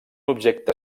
objecte